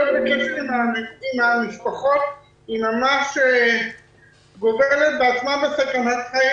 בקשר עם המשפחות ממש גוברת על סכנת החיים.